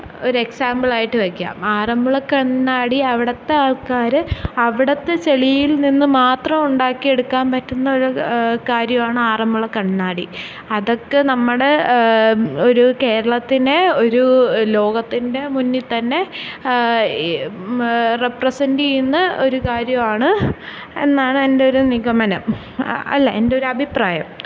ഒരു എക്സാമ്പിളായിട്ട് വെയ്ക്കാം ആറന്മുള കണ്ണാടി അവിടുത്തെ ആള്ക്കാര് അവിടുത്തെ ചെളിയില് നിന്ന് മാത്രവൊണ്ടാക്കിയെട്ക്കാമ്പറ്റ്ന്ന ഒരു കാര്യമാണ് ആറന്മുള കണ്ണാടി അതൊക്കെ നമ്മുടെ ഒരു കേരളത്തിനെ ഒരൂ ലോകത്തിന്റെ മുന്നിൽ തന്നെ ഈ റെപ്രസന്റെ ചെയ്യുന്ന ഒര് കാര്യവാണ് എന്നാണ് എൻറ്റൊരു നിഗമനം അല്ല എൻറ്റൊരഭിപ്രായം